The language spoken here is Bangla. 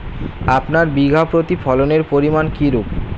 আপনার বিঘা প্রতি ফলনের পরিমান কীরূপ?